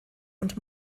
und